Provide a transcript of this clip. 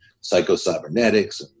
Psycho-Cybernetics